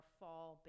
fall